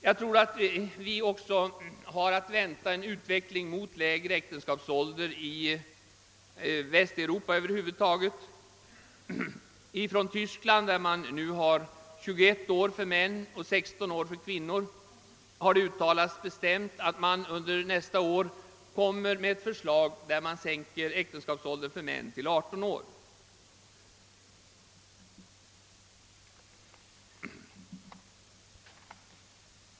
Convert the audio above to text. Jag tror att vi har att vänta en utveckling mot lägre äktenskapsålder i Västeuropa. I Tyskland har man nu 21 år för män och 16 för kvinnor, men där har det bestämt uttalats, att man nästa år kommer att föreslå en sänkning av äktenskapsåldern för män till 18 år.